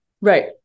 right